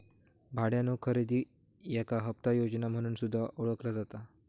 भाड्यानो खरेदी याका हप्ता योजना म्हणून सुद्धा ओळखला जाता